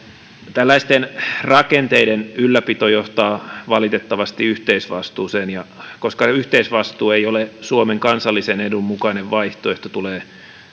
tällaisten rakenteiden ylläpito johtaa valitettavasti yhteisvastuuseen ja koska yhteisvastuu ei ole suomen kansallisen edun mukainen vaihtoehto tulee